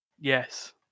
Yes